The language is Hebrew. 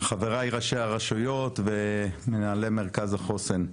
חבריי ראשי הרשויות ומנהלי מרכז החוסן.